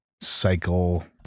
cycle